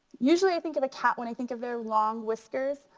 usually i think of a cat when i think of their long whiskers.